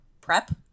prep